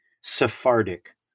Sephardic